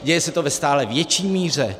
Děje se to ve stále větší míře.